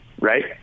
right